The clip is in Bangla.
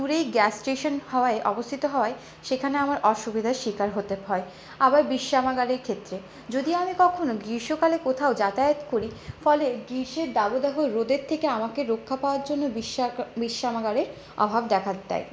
দূরে গ্যাস স্টেশন হওয়ায় অবস্থিত হওয়ায় সেখানে আমার অসুবিধার শিকার হতে হয় আবার বিশ্যামাগারের ক্ষেত্রে যদি আমি কখনো গ্রীষ্মকালে কোথাও যাতায়াত করি ফলে গ্রীষ্মের দাবদাহ রোদের থেকে আমাকে রক্ষা পাওয়ার জন্য বিশ্যামাগারের অভাব দেখা দেয়